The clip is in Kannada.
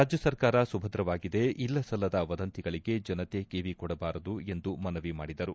ರಾಜ್ಯ ಸರ್ಕಾರ ಸುಭದ್ರವಾಗಿದೆ ಇಲ್ಲಸಲ್ಲದ ವದಂತಿಗಳಿಗೆ ಜನತೆ ಕಿವಿ ಕೊಡಬಾರದು ಎಂದು ಮನವಿ ಮಾಡಿದರು